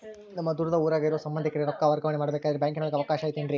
ನಮ್ಮ ದೂರದ ಊರಾಗ ಇರೋ ಸಂಬಂಧಿಕರಿಗೆ ರೊಕ್ಕ ವರ್ಗಾವಣೆ ಮಾಡಬೇಕೆಂದರೆ ಬ್ಯಾಂಕಿನಾಗೆ ಅವಕಾಶ ಐತೇನ್ರಿ?